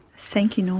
thank you know